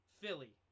Philly